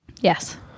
Yes